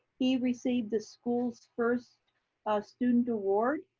he received the school's first ah student award,